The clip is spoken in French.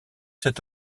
cet